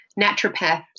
naturopath